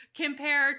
compare